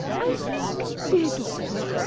i think, dear doctor,